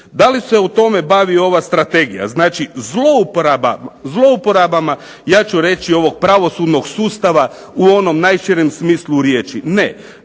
Da li se o tome bavi ova Strategija? Znači zlouporabama ja ću reći ovog pravosudnog sustava u onom najširem smislu riječi. Da